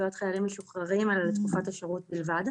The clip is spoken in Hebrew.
לזכויות חיילים משוחררים על תקופת השירות בלבד.